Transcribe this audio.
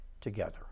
together